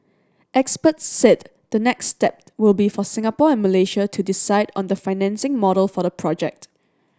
experts said the next step will be for Singapore and Malaysia to decide on the financing model for the project